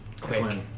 Quick